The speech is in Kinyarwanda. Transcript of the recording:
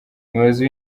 umuyobozi